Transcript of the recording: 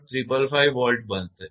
555 Volt બનશે